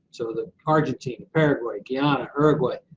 so the argentine, paraguay, guyana, uruguay,